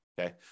Okay